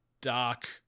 dark